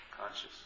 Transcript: Conscious